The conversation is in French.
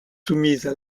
soumises